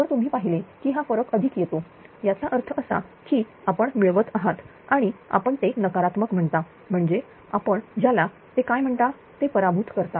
जर तुम्ही पाहिले की हा फरक अधिक येतो याचा अर्थ असा की आपण मिळवत आहात आणि आपण ते नकारात्मक म्हणता म्हणजे आपण ज्याला ते काय म्हणतात ते पराभूत करता